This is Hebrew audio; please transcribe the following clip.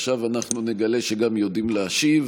עכשיו אנחנו נגלה שגם יודעים להשיב,